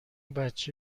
بچه